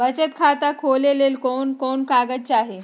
बचत खाता खोले ले कोन कोन कागज चाही?